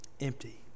Empty